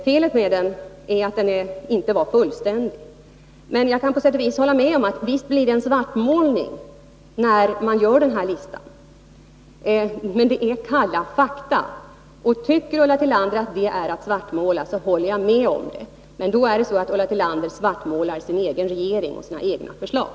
Felet med listan är att den inte är fullständig. Jag kan dock på sätt och vis hålla med om att det blir en svartmålning när man redogör för denna lista — men det är kalla fakta. Om Ulla Tillander tycker att man svartmålar när man redovisar den här listan, så håller jag med om det. Men då svartmålar Ulla Tillander sin egen regering och sina egna förslag.